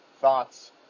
thoughts